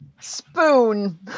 Spoon